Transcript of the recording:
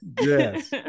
Yes